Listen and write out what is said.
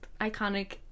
iconic